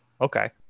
Okay